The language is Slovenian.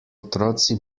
otroci